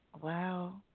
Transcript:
wow